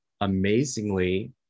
amazingly